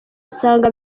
usanga